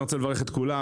אני רוצה לברך את כולם,